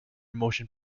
motion